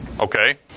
Okay